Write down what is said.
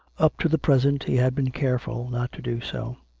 up to the present he had been careful not to do so.